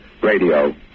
radio